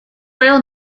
royal